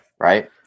Right